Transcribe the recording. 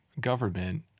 government